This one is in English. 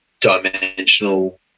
dimensional